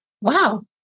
wow